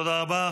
תודה רבה.